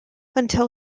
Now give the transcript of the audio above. until